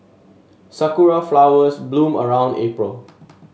sakura flowers bloom around April